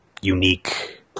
unique